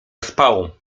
ospałą